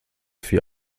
vier